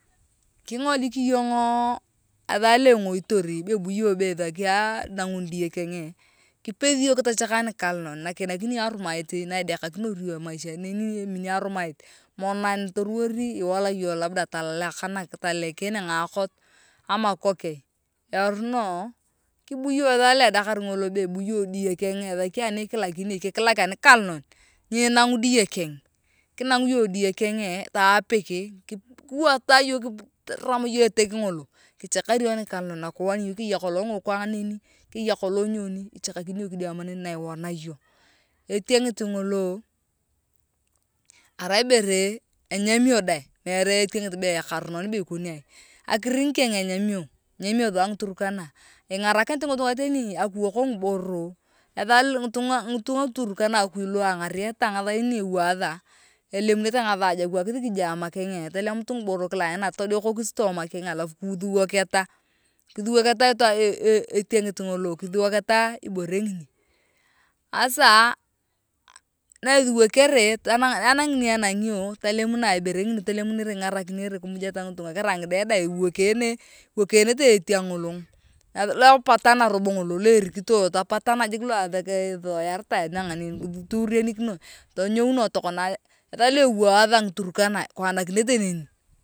Kingoliki iyong ethaa lo engoitor be bu iyong ithaki aaa anungun die keng kipethi iyong kitachaka nikalonon lakini kiinaki iyong arumaiti naidekakinar iyong emaisha min neni arumoit manan toruwor iwala iyong labda tolekene ngakot erono kibu iyong ethaa lo edekar ngolo bu iyong die keng ithaki inikilakini iyong kikilak anikaloma nyinang’u die keng kinang iyong etek ngolo kichakari iyong nikalonom kiwani iyong keya kolong ngikwa neni keya kolong nyoni ichakakini iyong neni na iwana iyong itengit ngolo arai ibere enyamio dae meere etingit be ekaronon koni aii airing keng enyamio enyamio thua ngiturkana ingerakinit ngitunga luturkana lua angarieta ngathain naewotha elemunete tigathaja kiwakithi kidiama keng tolemutu ngiboro kila aina todekokisi tooma keng kithuwoketa kithuwoketa eteingit keng ibore ngini asa na ithuwokere tani enangi ni enangio tolemuna ibore ngini kiingarakinerekimujata ngitunga karai ngide dae iwekene iwekenete etyang ngolo lo epatana robo ngolo lo erikotae tapatana jik thek ithoyaritae kituorenikinae totiyuunae tokona ethaa lo ewatha ngiturkana ikonakinote neni.